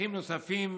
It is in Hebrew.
שטחים נוספים,